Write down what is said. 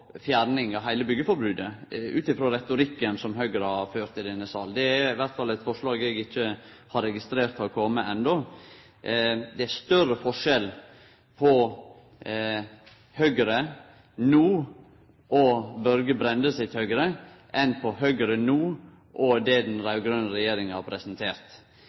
fjerning av heile byggjeforbodet, ut frå retorikken som Høgre har ført i denne salen. Det er i alle fall eit forslag som eg ikkje har registrert har kome enno. Det er større forskjell på Høgre no og Børge Brende sitt Høgre enn det er på Høgre no og det den raud-grøne regjeringa har presentert.